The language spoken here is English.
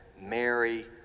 Mary